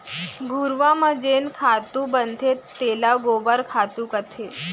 घुरूवा म जेन खातू बनथे तेला गोबर खातू कथें